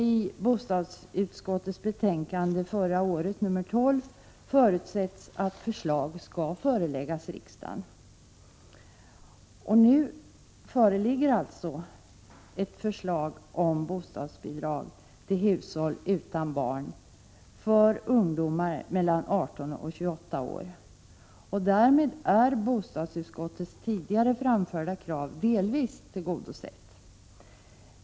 I bostadsutskottets betänkande nr 12 förra året förutsätts att förslag skall föreläggas riksdagen. Nu föreligger det alltså ett förslag om bostadsbidrag till hushåll utan barn för ungdomar mellan 18 och 28 år. Därmed är bostadsutskottets tidigare framförda krav delvis tillgodosett.